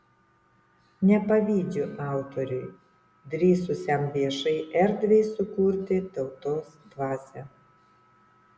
nepavydžiu autoriui drįsusiam viešai erdvei sukurti tautos dvasią